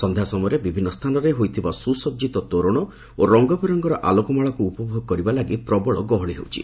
ସକ୍ଷ୍ୟା ସମୟରେ ବିଭିନ୍ ସ୍ତାନରେ ହୋଇଥିବା ସୁସଜିତ ତୋରଣ ଓ ରଙ୍ଙବେରଙ୍ଙର ଆଲୋକମାଳାକୁ ଉପଭୋଗ କରିବା ଲାଗି ପ୍ରବଳ ଗହଳି ହେଉଛି